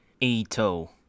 Ito